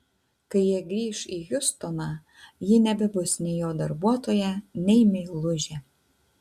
kai jie grįš į hjustoną ji nebebus nei jo darbuotoja nei meilužė